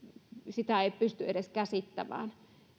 sitä ei pysty edes käsittämään